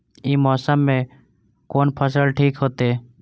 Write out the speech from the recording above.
ई मौसम में कोन फसल ठीक होते?